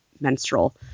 menstrual